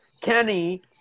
kenny